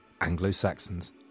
Anglo-Saxons